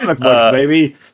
baby